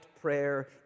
prayer